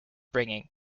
bringing